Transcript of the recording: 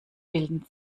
bilden